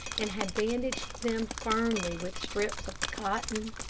and had bandaged them firmly with strips of cotton.